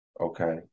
Okay